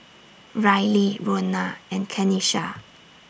Ryley Rona and Kenisha